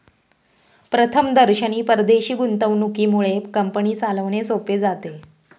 प्रथमदर्शनी परदेशी गुंतवणुकीमुळे कंपनी चालवणे सोपे जाते